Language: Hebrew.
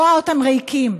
רואה אותם ריקים.